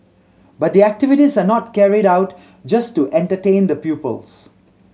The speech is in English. but the activities are not carried out just to entertain the pupils